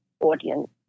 audience